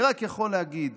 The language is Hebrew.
אני רק יכול להגיד